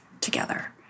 together